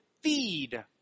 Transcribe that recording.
feed